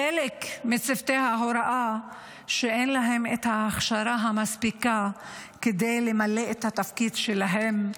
חלק מצוותי ההוראה שאין להם ההכשרה המספיקה כדי למלא את התפקיד שלהם,